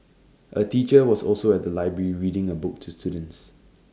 A teacher was also at the library reading A book to students